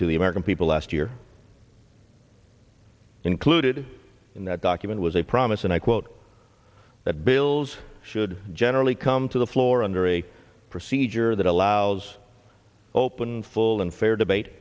to the american people last year included in that document was a promise and i quote that bills should generally come to the floor under a procedure that allows open full and fair debate